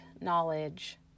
knowledge